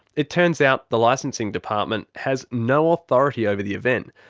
it turns out the licensing department has no authority over the event,